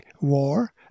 war